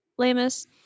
Lamus